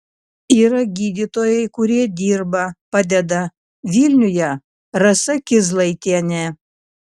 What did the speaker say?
yra gydytojai kurie dirba padeda vilniuje rasa kizlaitienė